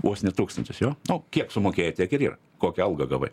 vos ne tūkstantis jo nu kiek sumokėjai tiek ir yra kokią algą gavai